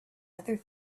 other